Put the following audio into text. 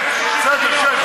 בסדר.